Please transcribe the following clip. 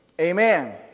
Amen